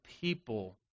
people